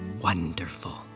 wonderful